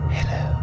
Hello